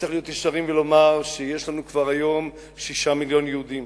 צריך להיות ישרים ולומר שהיום יש לנו כבר 6 מיליוני יהודים